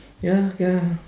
ya ya